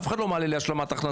אף אחד לא מעלה לי השלמת הכנסה,